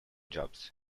jobs